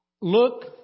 look